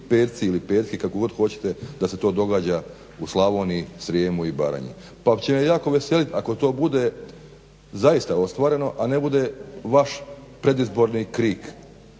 perci ili petki kako god hoćete da se to događa u Slavoniji, Srijemu i Baranji. Pa ako će me jako veseliti ako to bude zaista ostvareno, a ne bude vaš predizborni krik.